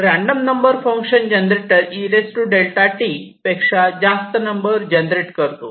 random number generator function eΔCT पेक्षा जास्त number generate करतो